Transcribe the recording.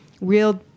real